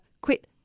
quit